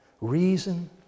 reason